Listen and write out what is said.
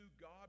God